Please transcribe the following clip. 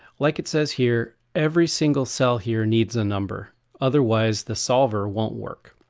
like it says here, every single cell here needs a number otherwise the solver won't work.